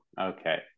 okay